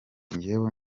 njyewe